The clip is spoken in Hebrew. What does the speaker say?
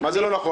מה זה לא נכון?